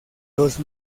los